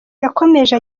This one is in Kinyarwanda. yakomeje